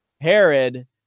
Herod